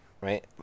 Right